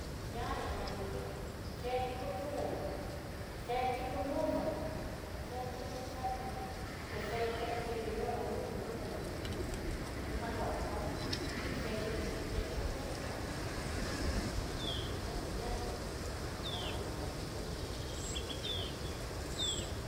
Niaña nanití, chendí kuchundó, hetí kú mudundó, chetí ni charú'u te cheti anrivi no'o lulu ján nixhí hí já landá, te xhexhixi xhexhi ñá ñañañá ña kú ñaña kandó nani xhí.